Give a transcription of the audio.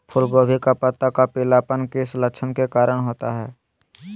फूलगोभी का पत्ता का पीलापन किस लक्षण के कारण होता है?